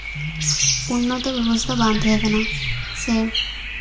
ᱩᱱᱱᱚᱛᱚ ᱵᱮᱵᱚᱥᱛᱷᱟ ᱵᱟᱝ ᱛᱟᱦᱮᱸ ᱠᱟᱱᱟ ᱥᱮ